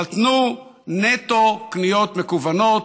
אבל תנו נטו קניות מקוונות.